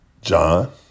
John